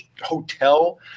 hotel